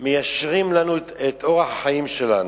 מיישרים לנו את אורח החיים שלנו.